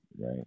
Right